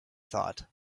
thought